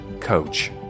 coach